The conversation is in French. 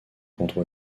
contre